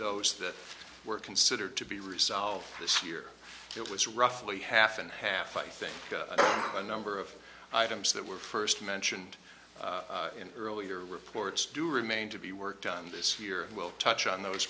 those that were considered to be resolved this year it was roughly half and half i think a number of items that were first mentioned earlier reports do remain to be worked on this year we'll touch on those